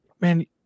Man